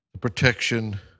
protection